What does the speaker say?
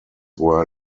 were